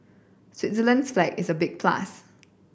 Switzerland's flag is a big plus